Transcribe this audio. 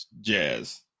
Jazz